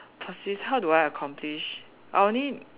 persist how do I accomplish I only